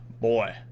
Boy